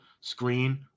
screen